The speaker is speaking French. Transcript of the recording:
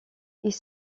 ils